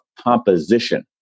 composition